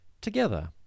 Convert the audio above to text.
Together